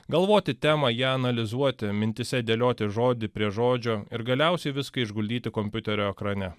galvoti temą ją analizuoti mintyse dėlioti žodį prie žodžio ir galiausiai viską išguldyti kompiuterio ekrane